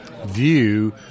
view